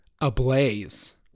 ablaze